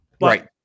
Right